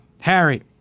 Harry